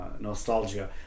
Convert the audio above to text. nostalgia